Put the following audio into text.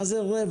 מה זה רווח?